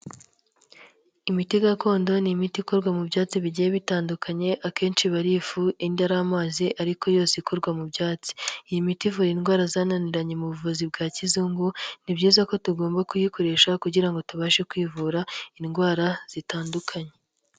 Imiti gakondo ni imiti ikorwa mu byatsi bigiye bitandukanye akenshi iba ifu indi ari amazi ariko yose ikorwa mu byatsi, iyi miti ivura indwara zananiranye mu buvuzi bwa kizungu, ni byiza ko tugomba kuyikoresha kugira ngo tubashe kwivura indwara zitandukanye.